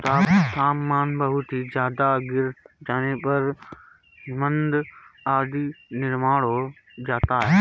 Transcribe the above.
तापमान बहुत ही ज्यादा गिर जाने पर हिमनद आदि का निर्माण हो जाता है